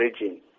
region